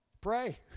pray